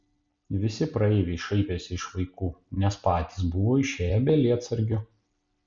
visi praeiviai šaipėsi iš vaikų nes patys buvo išėję be lietsargių